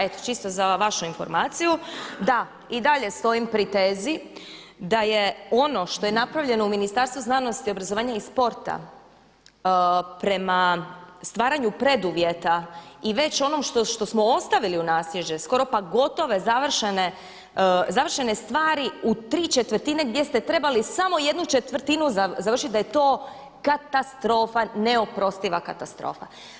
Eto čisto za vašu informaciju da i dalje stojim pri tezi da je ono što je napravljeno u Ministarstvu znanosti, obrazovanja i sporta prema stvaranju preduvjeta i već onom što smo ostavili u naslijeđe skoro pa gotove završene stvari u tri četvrtine gdje ste trebali samo jednu četvrtinu završiti da je to katastrofa, neoprostiva katastrofa.